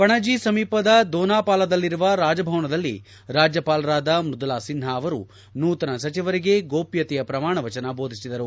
ಪಣಜಿ ಸಮೀಪದ ದೊನಾಪಾಲಾದಲ್ಲಿರುವ ರಾಜಭವನದಲ್ಲಿ ರಾಜ್ಯಪಾಲರಾದ ಮ್ಬದುಲಾ ಸಿನ್ಹಾ ಅವರು ನೂತನ ಸಚಿವರಿಗೆ ಗೋಪ್ಲತೆಯ ಪ್ರಮಾಣವಚನ ದೋಧಿಸಿದರು